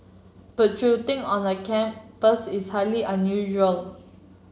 but on a campus is highly unusual